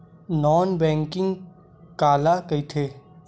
Non banking काला कइथे?